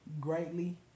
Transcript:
greatly